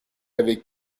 avec